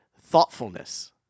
thoughtfulness